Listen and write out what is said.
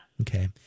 Okay